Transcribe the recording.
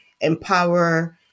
empower